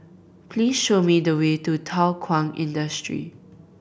please show me the way to Thow Kwang Industry